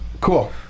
Cool